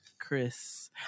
Chris